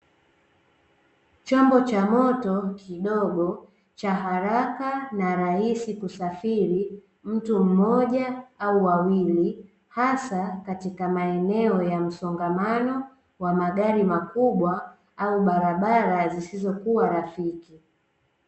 Chombo cha moto kidogo, cha haraka na rahisi kusafiri mtu mmoja au wawili, hasa katika maeneo ya msongamano wa magari makubwa au barabara zisizokuwa rafiki.